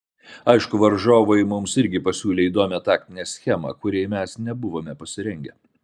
aišku varžovai mums irgi pasiūlė įdomią taktinę schemą kuriai mes nebuvome pasirengę